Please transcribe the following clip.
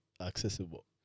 accessible